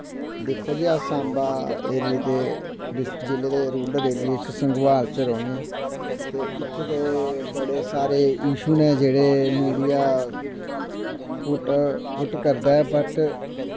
दिक्खो जी अस सांबा एरिये दे जि'ले दे रुलर च संगोआल च रौह्ने आं ते इत्थै ते बड़े सारे इशू न जेह्ड़े मिडिया पुट्ट करदा ऐ बट्ट